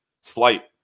Slight